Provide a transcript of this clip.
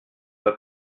pas